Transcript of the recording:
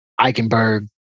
Eichenberg